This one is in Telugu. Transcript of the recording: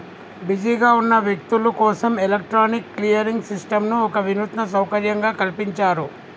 బిజీగా ఉన్న వ్యక్తులు కోసం ఎలక్ట్రానిక్ క్లియరింగ్ సిస్టంను ఒక వినూత్న సౌకర్యంగా కల్పించారు